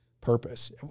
purpose